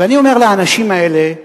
ואני אומר לאנשים האלה,